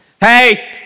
hey